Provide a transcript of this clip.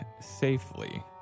safely